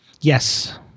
Yes